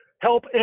help